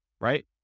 right